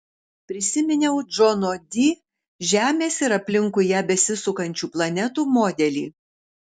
prisiminiau džono di žemės ir aplinkui ją besisukančių planetų modelį